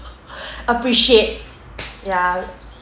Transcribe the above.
appreciate ya